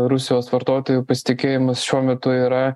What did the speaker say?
rusijos vartotojų pasitikėjimas šiuo metu yra